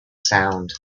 sound